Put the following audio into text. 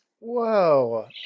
Whoa